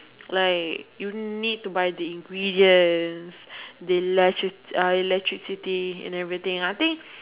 like you need to buy the ingredients the electric~ uh electricity and everything I think